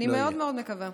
אני מאוד מאוד מקווה.